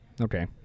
Okay